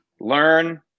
learn